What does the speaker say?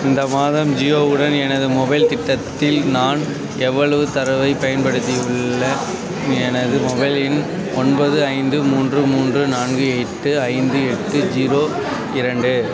இந்த மாதம் ஜியோ உடன் எனது மொபைல் திட்டத்தில் நான் எவ்வளவு தரவைப் பயன்படுத்தியுள்ளேன் எனது மொபைல் எண் ஒன்பது ஐந்து மூன்று மூன்று நான்கு எட்டு ஐந்து எட்டு ஜீரோ இரண்டு